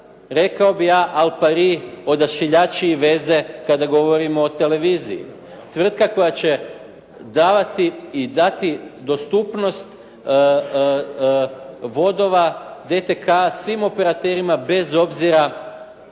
rekao bih ja al pari odašiljači i veze kada govorimo o televiziji. Tvrtka koja će davati i dati dostupnost vodova …/Govornik se ne